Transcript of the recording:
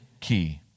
key